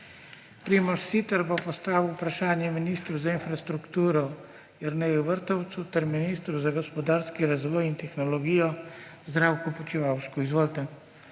Primož Siter bo postavil vprašanje ministru za infrastrukturo Jerneju Vrtovcu ter ministru za gospodarski razvoj in tehnologijo Zdravku Počivalšku. Izvolite.